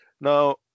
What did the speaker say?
Now